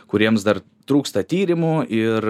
kuriems dar trūksta tyrimų ir